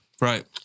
Right